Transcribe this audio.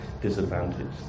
disadvantaged